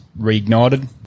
reignited